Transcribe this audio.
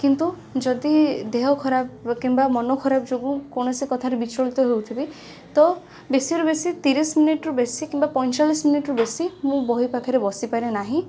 କିନ୍ତୁ ଯଦି ଦେହଖରାପ କିମ୍ବା ମନଖରାପ ଯୋଗୁଁ କୌଣସି କଥାରେ ବିଚଳିତ ହେଉଥିବି ତ ବେଶୀ ରୁ ବେଶୀ ତିରିଶ ମିନିଟ୍ ରୁ ବେଶୀ କିମ୍ବା ପଇଁଚାଳିଶ ମିନିଟ୍ ରୁ ବେଶୀ ମୁଁ ବହି ପାଖରେ ବସିପାରେ ନାହିଁ